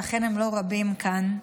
שאכן הם לא רבים כאן,